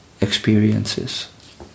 experiences